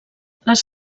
les